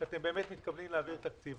שאתם באמת מתכוונים להעביר תקציב.